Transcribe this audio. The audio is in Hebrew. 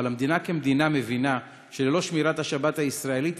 אבל המדינה כמדינה מבינה שללא שמירת השבת הישראלית,